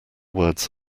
words